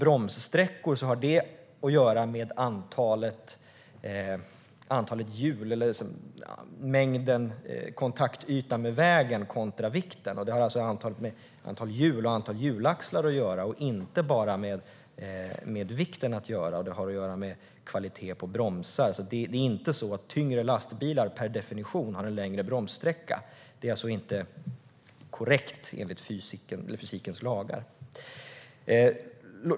Bromssträckor har att göra med mängden kontaktyta med vägen kontra vikten. Det har alltså med antalet hjul och hjulaxlar att göra och inte bara med vikten att göra. Det har även att göra med kvalitet på bromsar. Det är inte så att tyngre lastbilar per definition har en längre bromssträcka. Det är inte korrekt, enligt fysikens lagar.